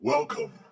Welcome